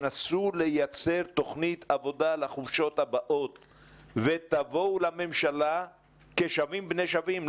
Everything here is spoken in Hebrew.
תנסו לייצר תוכנית עבודה לחופשות הבאות ותבואו לממשלה כשווים בני שווים,